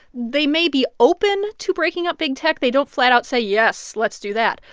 they may be open to breaking up big tech. they don't flat out say, yes, let's do that,